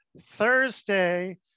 Thursday